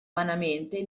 vanamente